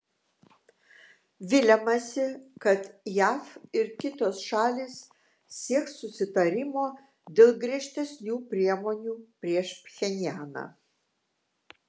viliamasi kad jav ir kitos šalys sieks susitarimo dėl griežtesnių priemonių prieš pchenjaną